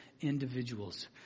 individuals